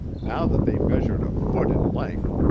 now that they measured a foot in length,